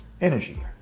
energy